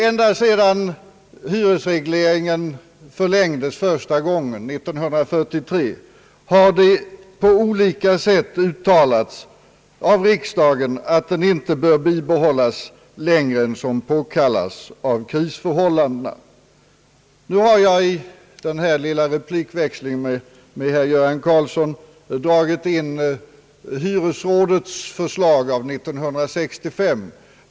Ända sedan hyresregleringen förlängdes första gången 1943 har riksdagen på olika sätt uttalat att regleringen inte bör bibehållas längre än som påkallas av krisförhållandena. Nu har jag i den här lilla replikväxlingen med herr Göran Karlsson dragit in hyresrådets förslag av 1965.